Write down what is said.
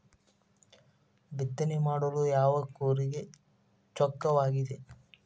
ಬಿತ್ತನೆ ಮಾಡಲು ಯಾವ ಕೂರಿಗೆ ಚೊಕ್ಕವಾಗಿದೆ?